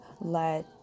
let